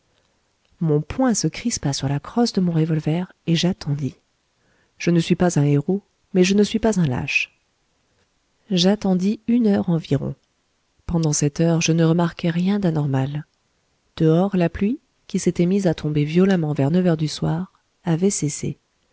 mon poing se crispa sur la crosse de mon revolver et j'attendis je ne suis pas un héros mais je ne suis pas un lâche j'attendis une heure environ pendant cette heure je ne remarquai rien d'anormal dehors la pluie qui s'était mise à tomber violemment vers neuf heures du soir avait cessé